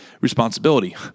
responsibility